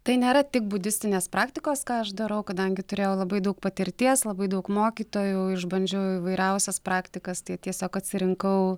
tai nėra tik budistinės praktikos ką aš darau kadangi turėjau labai daug patirties labai daug mokytojų išbandžiau įvairiausias praktikas tai tiesiog atsirinkau